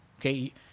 okay